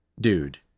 dude